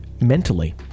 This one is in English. Mentally